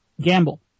gamble